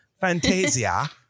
Fantasia